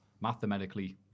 mathematically